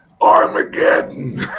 Armageddon